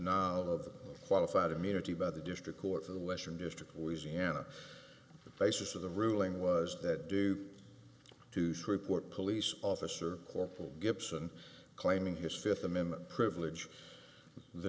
of qualified immunity by the district court of the western district wheezy ana the basis of the ruling was that due to shreveport police officer corporal gibson claiming his fifth amendment privilege the